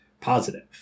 positive